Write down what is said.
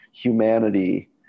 humanity